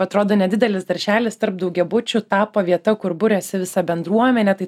atrodo nedidelis darželis tarp daugiabučių tapo vieta kur buriasi visa bendruomenė tai